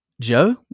Joe